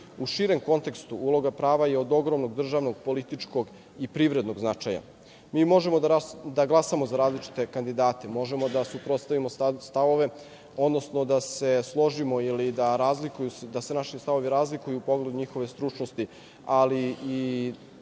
U širem kontekstu, uloga prava je od ogromnog državnog, političkog i privrednog značaja. Mi možemo da glasamo za različite kandidate, možemo da suprotstavimo stavove, odnosno da se složimo ili da se naši stavovi razlikuju u pogledu njihove stručnosti, ali